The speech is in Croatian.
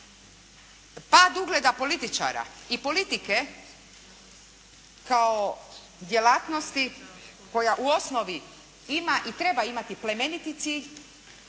Pad ugleda političara i politike kao djelatnosti koja u osnovi ima i treba imati plemeniti